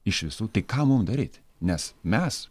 iš visų tai ką mum daryt nes mes